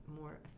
more